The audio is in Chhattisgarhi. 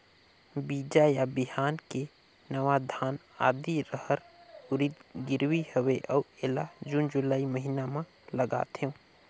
बीजा या बिहान के नवा धान, आदी, रहर, उरीद गिरवी हवे अउ एला जून जुलाई महीना म लगाथेव?